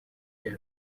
here